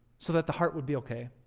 so that the heart would be okay